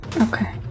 Okay